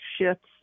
shifts